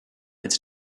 it’s